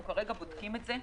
אנחנו כרגע בודקים את זה.